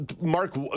Mark